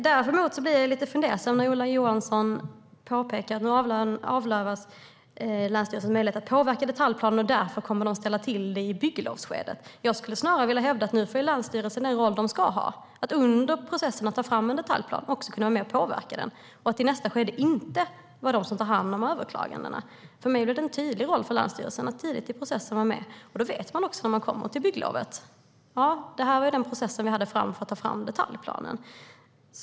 Däremot blir jag lite fundersam när Ola Johansson påpekar att länsstyrelsen avlövas när det gäller möjlighet att påverka detaljplaner och att de därför kommer att ställa till det i bygglovsskedet. Jag skulle snarare vilja hävda att länsstyrelsen nu får den roll de ska ha: att under processerna ta fram en detaljplan och att även kunna vara med och påverka den. I nästa skede blir länsstyrelsen nu inte de som tar hand om överklagandena. För mig blir det en tydlig roll för länsstyrelsen att vara med tidigt i processen. Då vet man också, när man kommer till bygglovet, att det var den process man hade för att ta fram detaljplanen.